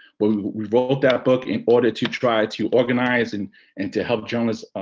but we wrote that book in order to try to organize and and to help journalists